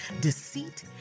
deceit